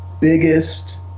biggest